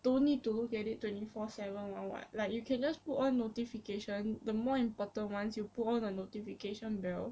don't need to look at it twenty four seven [one] [what] like you can just put on notification the more important ones you put on the notification bell